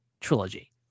trilogy